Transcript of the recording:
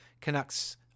Canucks